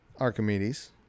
Archimedes